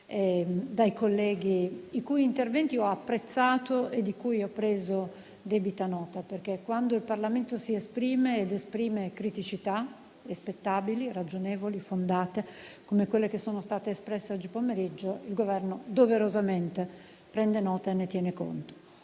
dai colleghi, i cui interventi ho apprezzato e di cui ho preso debita nota. Quando il Parlamento si esprime e rappresenta criticità rispettabili, ragionevoli e fondate, come quelle che sono state espresse oggi pomeriggio, il Governo doverosamente prende nota e ne tiene conto.